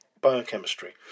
biochemistry